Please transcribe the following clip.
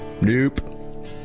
Nope